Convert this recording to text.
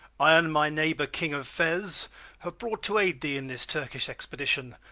i and my neighbour king of fez have brought, to aid thee in this turkish expedition,